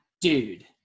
dude